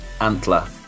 Antler